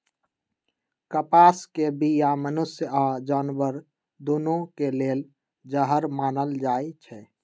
कपास के बीया मनुष्य आऽ जानवर दुन्नों के लेल जहर मानल जाई छै